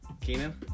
Keenan